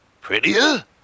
prettier